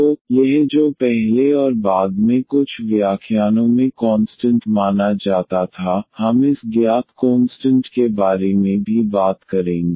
तो यह जो पहले और बाद में कुछ व्याख्यानों में कॉन्सटंट माना जाता था हम इस ज्ञात कोंस्टंट के बारे में भी बात करेंगे